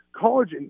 College